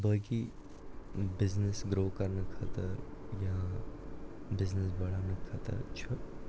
باقٕے business grow کَرنہٕ خٲطٕر یا بِزنِس بَڈاونہٕ خٲطر چھُ